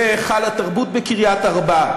והיכל התרבות בקריית-ארבע,